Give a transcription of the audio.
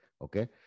Okay